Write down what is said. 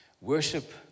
worship